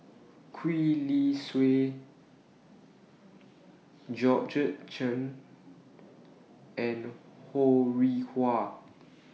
Gwee Li Sui Georgette Chen and Ho Rih Hwa